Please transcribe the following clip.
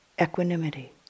equanimity